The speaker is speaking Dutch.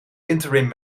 interim